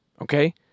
Okay